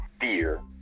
fear